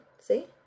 See